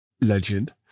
legend